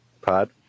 Pod